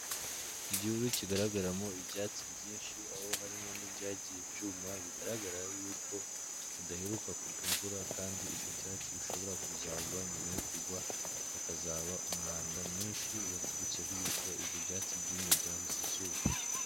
Igihuru kigaragaramo ibyatsi byinshi, aho harimo n'ibyagiye byuma, bigaragara yuko hadaheruka kugwa imvura kandi ibyo byatsi bishobora kuzagwa, nyuma yo kugwa hakazaba umwanda mwinshi, waturutse yuko ibyo byatsi byumye byabuze izuba.